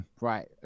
right